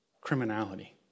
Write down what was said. criminality